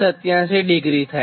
87 થાય